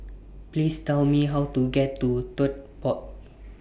Please Tell Me How to get to Tote Board